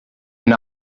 and